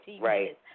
right